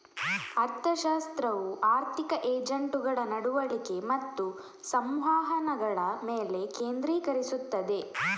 ಅರ್ಥಶಾಸ್ತ್ರವು ಆರ್ಥಿಕ ಏಜೆಂಟುಗಳ ನಡವಳಿಕೆ ಮತ್ತು ಸಂವಹನಗಳ ಮೇಲೆ ಕೇಂದ್ರೀಕರಿಸುತ್ತದೆ